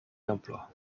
emploi